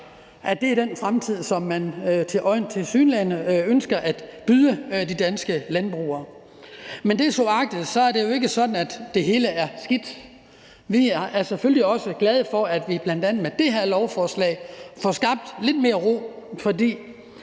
at det er den fremtid, som man tilsyneladende ønsker at byde de danske landbrugere. Men desuagtet er det jo ikke sådan, at det hele er skidt, og vi er selvfølgelig også glade for, at vi bl.a. med det her lovforslag får skabt lidt mere ro. For